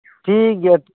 ᱴᱷᱤᱠ ᱜᱮᱭᱟ